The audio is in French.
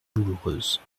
douloureuse